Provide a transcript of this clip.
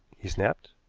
he snapped.